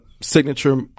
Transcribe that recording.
signature